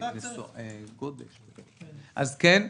אז כן,